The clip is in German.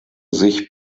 sich